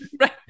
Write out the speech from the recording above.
Right